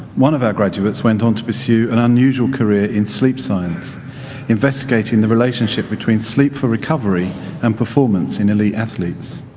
one of our graduates went on to pursue an unusual career in sleep science investigating the relationship between sleep for recovery and performance in elite athletes.